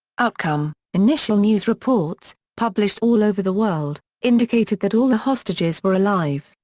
outcome initial news reports, published all over the world, indicated that all the hostages were alive,